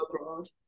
abroad